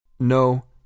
No